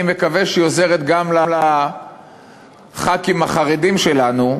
אני מקווה, גם לחברי הכנסת החרדים שלנו,